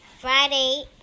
Friday